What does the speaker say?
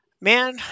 Man